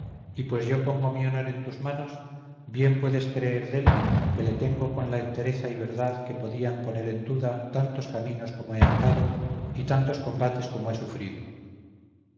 y pues yo pongo mi honor en tus manos bien puedes creer dél que le tengo con la entereza y verdad que podían poner en duda tantos caminos como he andado y tantos combates como he sufrido